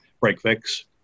break-fix